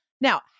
now